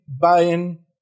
buying